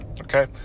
okay